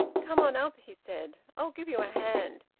come on up, he said. i'll give you a hand.